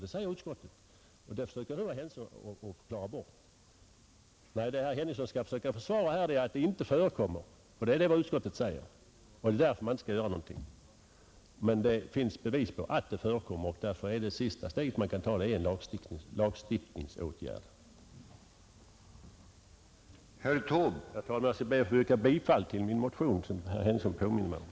Detta försöker herr Henningsson förklara bort. Vad herr Henningsson skall försöka försvara här är att detta inte förekommer och att man därför inte behöver göra någonting. Men det finns bevis för att missbruk förekommer, och det sista steg man kan ta är väl lagstiftningsåtgärder. Herr talman! Jag ber att få yrka bifall till min motion, vilket herr Henningsson påminde mig om.